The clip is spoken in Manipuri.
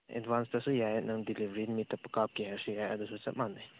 ꯑꯦꯗꯕꯥꯟꯁꯇꯁꯨ ꯌꯥꯏ ꯅꯪꯗꯤꯂꯤꯕꯔꯤ ꯅꯨꯃꯤꯠꯇ ꯀꯥꯞꯀꯦ ꯍꯥꯏꯔꯁꯨ ꯌꯥꯏ ꯑꯗꯨꯁꯨ ꯆꯞ ꯃꯥꯟꯅꯩ